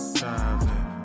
driving